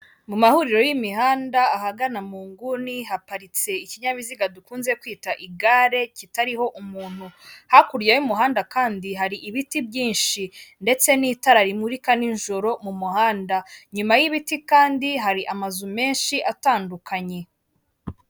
Mu mahuriro y'imihanda ahagana mu nguni haparitse ikinyabiziga dukunze kwita igare kitariho umuntu, hakurya y'umuhanda kandi hari ibiti byinshi ndetse n'itara rimurika nijoro mu muhanda, inyuma y'ibiti kandi hari amazu menshi atandukanye.